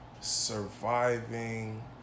surviving